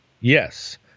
Yes